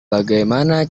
bagaimana